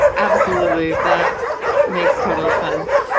absolutely. that makes total sense.